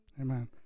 Amen